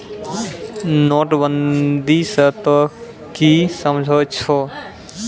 नोटबंदी स तों की समझै छौ